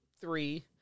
three